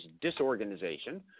disorganization